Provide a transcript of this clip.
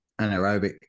anaerobic